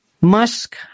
Musk